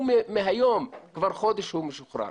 הוא מהיום, כבר חודש הוא משוחרר.